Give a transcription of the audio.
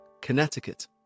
Connecticut